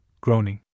groaning